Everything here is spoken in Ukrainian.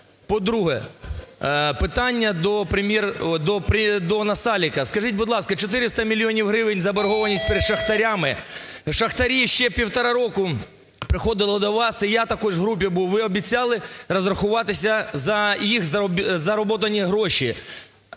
По-друге, питання до Насалика. Скажіть, будь ласка, 400 мільйонів гривень заборгованість перед шахтарями, шахтарі ще півтора року приходили до вас і я також в групі був, ви обіцяли розрахуватися за їх зароблені гроші.